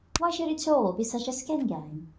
why should it all be such a skin game?